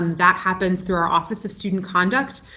and that happens through our office of student conduct.